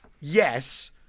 yes